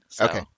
Okay